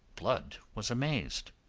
blood was amazed.